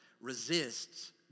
resists